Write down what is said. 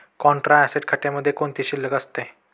Contra asset खात्यामध्ये कोणती शिल्लक असते?